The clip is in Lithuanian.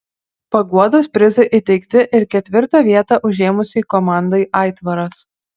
paguodos prizai įteikti ir ketvirtą vietą užėmusiai komandai aitvaras